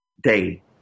day